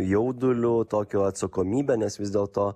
jauduliu tokio atsakomybę nes vis dėl to